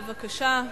בבקשה.